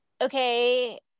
okay